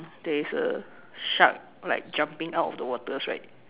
there's a shark like jumping out of the waters right